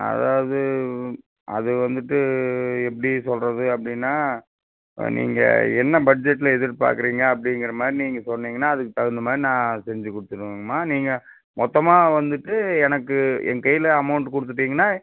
அதாவது அது வந்துட்டு எப்படி சொல்வது அப்படினா நீங்கள் என்ன பட்ஜெட்டில் எதிர்பார்க்குறீங்க அப்படிங்குற மாதிரி நீங்கள் சொன்னீங்கனால் அதுக்கு தகுந்த மாதிரி நான் செஞ்சு கொடுத்துருவங்கம்மா நீங்கள் மொத்தமாக வந்துட்டு எனக்கு என் கையில் அமோண்ட் கொடுத்துட்டீங்கனா